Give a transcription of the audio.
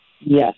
Yes